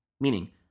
meaning